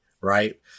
Right